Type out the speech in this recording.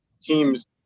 team's